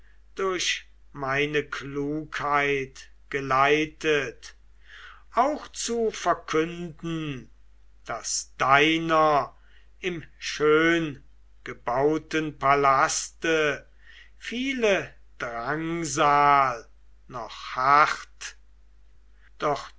durch meine klugheit geleitet auch zu verkünden daß deiner im schöngebauten palaste viele drangsal noch harrt